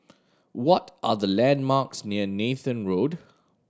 what are the landmarks near Nathan Road